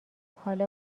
حالا